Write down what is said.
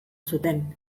zuten